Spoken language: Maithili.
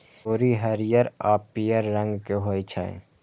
तोरी हरियर आ पीयर रंग के होइ छै